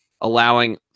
allowing